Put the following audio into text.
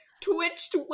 twitched